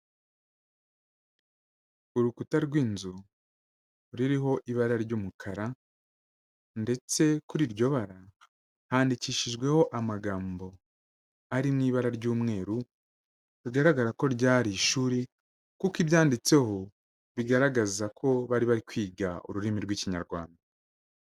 Urukuta rw'inzu, ruriho ibara ry'umukara, ndetse kuri iryo bara, handikishijweho amagambo, ari mu ibara ry'umweru, bigaragara ko ryari ishuri, kuko ibyanditseho, bigaragaza ko bari bari kwiga ururimi rw'Ikinyarwanda.